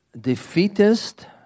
defeatist